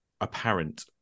apparent